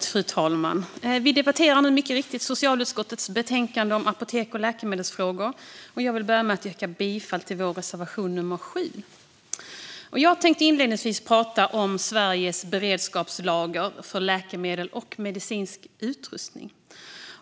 Fru talman! Vi debatterar socialutskottets betänkande om apoteks och läkemedelsfrågor. Jag vill börja med att yrka bifall till vår reservation nummer 7. Jag tänker inledningsvis tala om Sveriges beredskapslager för läkemedel och medicinsk utrustning.